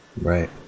Right